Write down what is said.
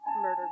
murder